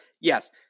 Yes